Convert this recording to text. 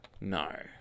No